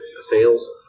sales